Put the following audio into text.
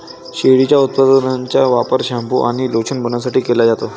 शेळीच्या उपउत्पादनांचा वापर शॅम्पू आणि लोशन बनवण्यासाठी केला जातो